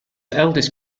eldest